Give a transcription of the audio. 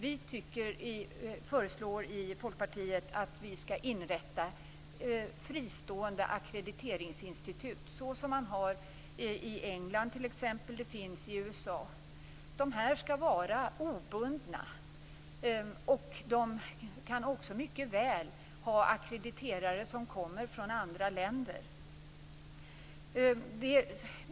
Vi i Folkpartiet föreslår att fristående ackrediteringsinstitut inrättas, så som man har i t.ex. England och USA. De här skall vara obundna. De kan också mycket väl ha ackrediterare som kommer från andra länder.